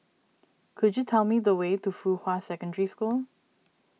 could you tell me the way to Fuhua Secondary School